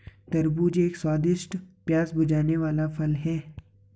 तरबूज एक स्वादिष्ट, प्यास बुझाने वाला फल है